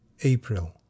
april